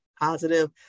positive